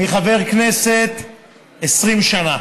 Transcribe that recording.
אני חבר כנסת 20 שנה,